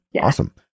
Awesome